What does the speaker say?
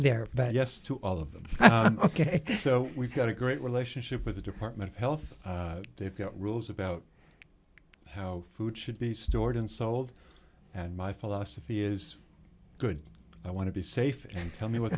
there but yes to all of them ok so we've got a great relationship with the department of health they've got rules about how food should be stored and sold and my philosophy is good i want to be safe and tell me what